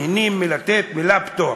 נהנים לתת את המילה "פטור".